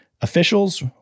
officials